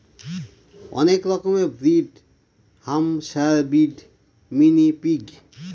অনেক রকমের breed Hampshire breed, mini pig